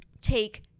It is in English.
take